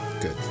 good